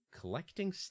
Collecting